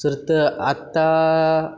sir तर आत्ता